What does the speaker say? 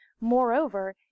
moreover